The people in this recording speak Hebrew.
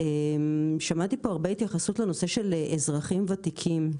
שמעתי פה הרבה התייחסות לנושא של אזרחים ותיקים.